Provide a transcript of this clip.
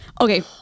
Okay